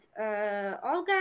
Olga